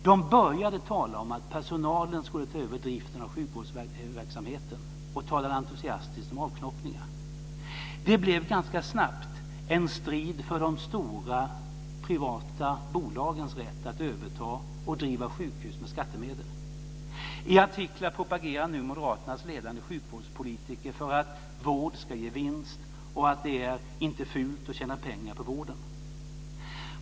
De började tala om att personalen skulle ta över driften av sjukvårdsverksamheten och talade entusiastiskt om avknoppningar. Det blev ganska snabbt en strid för de stora, privata bolagens rätt att överta och driva sjukhus med skattemedel. I artiklar propagerar nu moderaternas ledande sjukvårdspolitiker för att vård ska ge vinst och att det inte är fult att tjäna pengar på vården.